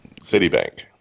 Citibank